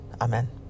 Amen